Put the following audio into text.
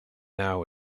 now